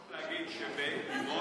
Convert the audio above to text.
חשוב להגיד שבדימונה,